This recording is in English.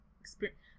experience